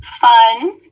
Fun